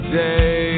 day